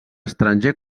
estranger